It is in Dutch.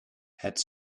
het